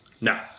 No